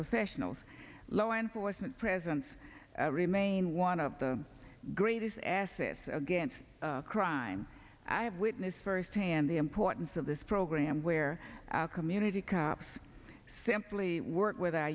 professionals low enforcement presence remain one of the greatest assets against crime i have witnessed firsthand the importance of this program where our community cops simply work with